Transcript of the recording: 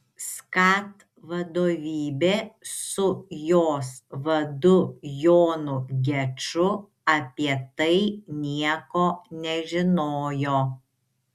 skat vadovybė su jos vadu jonu geču apie tai nieko nežinojo